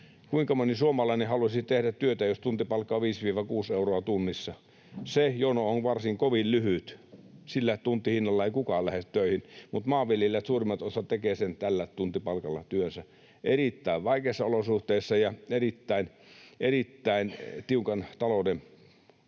Kuinka moni suomalainen haluaisi tehdä työtä, jos tuntipalkka on 5—6 euroa tunnissa? Se jono on kovin lyhyt. Sillä tuntihinnalla ei kukaan lähde töihin, mutta suurin osa maanviljelijöistä tekee sen tällä tuntipalkalla, erittäin vaikeissa olosuhteissa ja erittäin, erittäin tiukan talouden